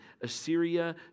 Assyria